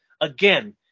again